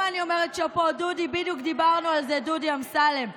אבל אם יש ארבעה, אם יש ארבעה, אנחנו ממשיכים.